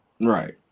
Right